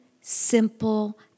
simple